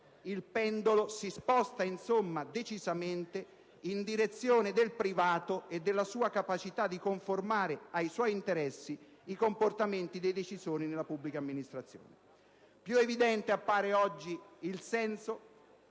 il pendolo si sposta decisamente in direzione del privato e della sua capacità di conformare ai suoi interessi i comportamenti dei decisori nella pubblica amministrazione. Più evidente appare oggi il nesso